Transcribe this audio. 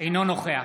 אינו נוכח